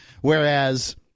Whereas